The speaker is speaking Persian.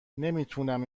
نمیتونم